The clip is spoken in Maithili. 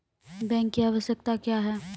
बैंक की आवश्यकता क्या हैं?